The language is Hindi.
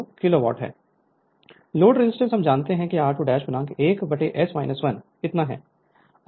Refer Slide Time 2021 load resistance हम जानते हैं कि r2 1S 1 इतना है